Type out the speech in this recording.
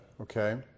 okay